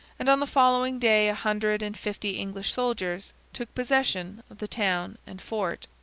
and on the following day a hundred and fifty english soldiers took possession of the town and fort.